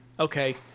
Okay